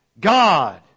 God